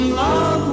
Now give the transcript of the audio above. love